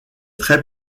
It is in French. très